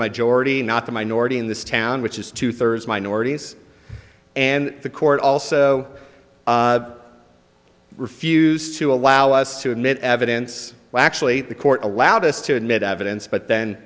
majority not the minority in this town which is two thirds minorities and the court also refused to allow us to admit evidence actually the court allowed us to admit evidence but then